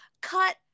cut